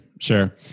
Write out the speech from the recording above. Sure